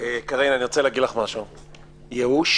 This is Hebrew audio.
אדוני היושב-ראש,